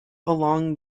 along